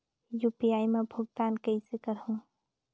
UPI मा भुगतान कइसे करहूं?